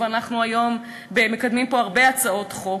ואנחנו מקדמים היום פה הרבה הצעות חוק,